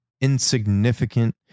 insignificant